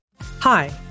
Hi